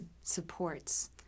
supports